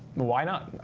why not?